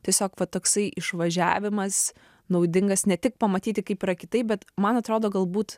tiesiog va toksai išvažiavimas naudingas ne tik pamatyti kaip yra kitaip bet man atrodo galbūt